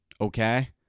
Okay